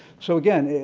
so again,